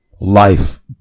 life